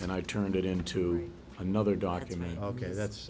and i turned it into another document ok that's